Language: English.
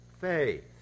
faith